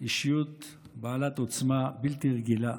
אישיות בעלת עוצמה בלתי רגילה.